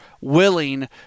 willing